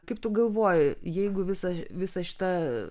kaip tu galvoji jeigu visa visa šita